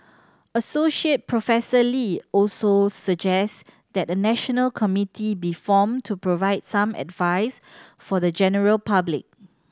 Associate Professor Lee also suggests that a national committee be formed to provide some advice for the general public